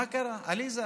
מה קרה, עליזה?